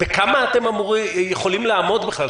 בכמה אתם יכולים לעמוד בכלל?